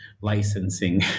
licensing